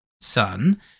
son